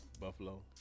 Buffalo